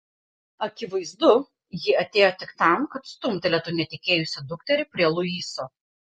akivaizdu ji atėjo tik tam kad stumtelėtų netekėjusią dukterį prie luiso